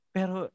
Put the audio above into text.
Pero